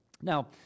Now